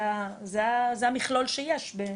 זה המכלול שיש.